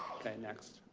okay, next.